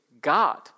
God